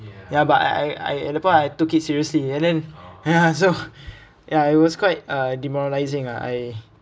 ya but I I I I at the time I took it seriously and then ya so ya it was quite uh demoralising ah I